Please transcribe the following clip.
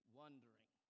wondering